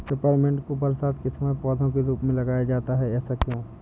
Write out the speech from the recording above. Peppermint को बरसात के समय पौधे के रूप में लगाया जाता है ऐसा क्यो?